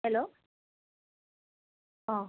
hello অঁ